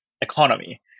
economy